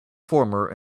former